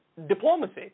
Diplomacy